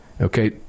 okay